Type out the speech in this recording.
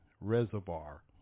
reservoir